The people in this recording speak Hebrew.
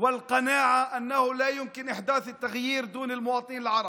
וההבנה שאי-אפשר להביא את השינוי ללא האזרחים הערבים,